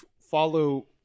follow